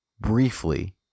briefly